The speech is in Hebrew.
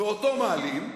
ואותו מעלים,